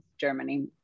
Germany